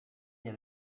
nie